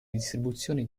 distribuzioni